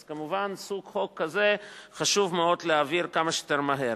אז כמובן סוג חוק כזה חשוב מאוד להעביר כמה שיותר מהר.